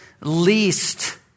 least